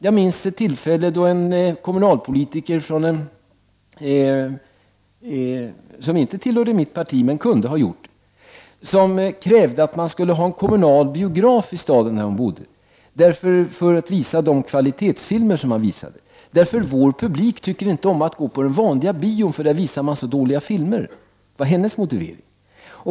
Jag minns ett tillfälle då en kommunalpolitiker — som inte tillhörde mitt parti, men som kunde ha gjort det — krävde att det skulle finnas en kommunal biograf i den stad hon bodde i. Där skulle kvalitetsfilm kunna visas. Kommunalpolitikerns motivering var att publiken inte tyckte om att gå på den vanliga biografen eftersom där visades så dåliga filmer.